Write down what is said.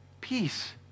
Peace